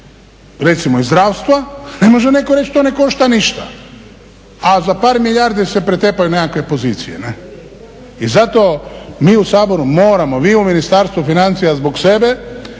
recimo iz zdravstva ne može netko reći to ne košta ništa, a za par milijardi se pretepaju nekakve pozicije. I zato mi u Saboru moramo, vi u Ministarstvu financija zbog sebe